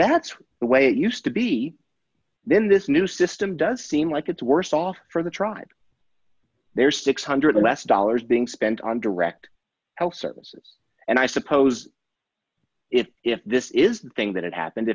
that's the way it used to be then this new system does seem like it's worse off for the tried there six hundred dollars less dollars being spent on direct health services and i suppose if if this is the thing that happened